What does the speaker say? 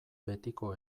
betiko